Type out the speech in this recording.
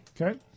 Okay